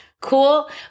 cool